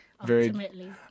Ultimately